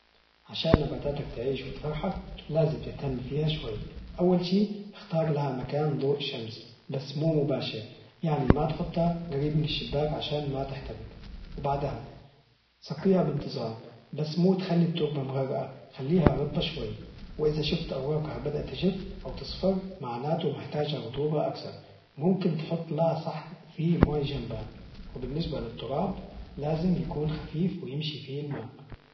عشان نباتاتك تعيش وتفرحك لازم تهتم فيها شوي، أول شي اختار لها مكان ضوء شمس بس مو مباشر يعني ما تحطها قريب من الشباك عشان ما تحترق، وبعدها سقيها بانتظام، بس مو تخلي التربة مغرقة خليها رطبة شوي، وإذا شفت أوراقها تجف أو تصفر معناته محتاجه رطوبة أكثر ممكن تحط لها صحن فيه موية جنبها، وبالنسبة للتراب لازم يكون خفيف ويمشي فيه الماء.